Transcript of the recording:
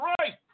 right